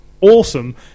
awesome